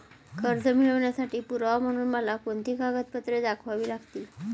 कर्ज मिळवण्यासाठी पुरावा म्हणून मला कोणती कागदपत्रे दाखवावी लागतील?